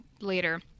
later